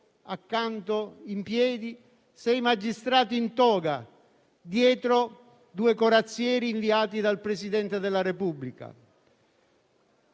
accanto, in piedi, sei magistrati in toga; dietro, due corazzieri inviati dal Presidente della Repubblica.